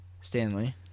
Stanley